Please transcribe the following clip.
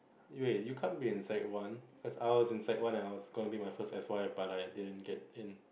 wait you can't be in sec one cause I was in sec one and I was gonna be my first S_Y_F but I didn't get in